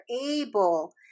able